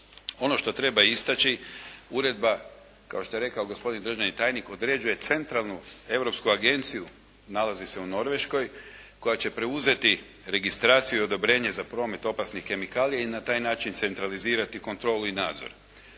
Ono što treba istaći uredba, kao što je rekao gospodin državni tajnik, određuje Centralnu europsku agenciju, nalazi se u Norveškoj koja će preuzeti registraciju odobrenje za promet opasnih kemikalija i na taj način centralizirati kontrolu i nadzor.